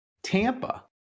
Tampa